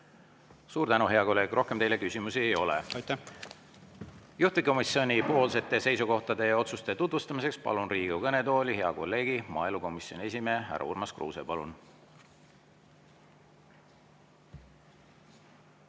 Suur tänu, hea kolleeg! Rohkem teile küsimusi ei ole. Juhtivkomisjoni seisukohtade ja otsuste tutvustamiseks palun Riigikogu kõnetooli hea kolleegi, maaelukomisjoni esimehe härra Urmas Kruuse. Palun!